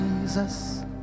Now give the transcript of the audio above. Jesus